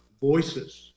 voices